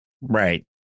Right